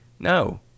No